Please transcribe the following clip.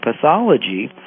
pathology